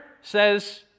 says